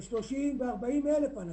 של 30,000 ו-40,000 אנשים.